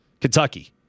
Kentucky